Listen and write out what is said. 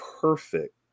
perfect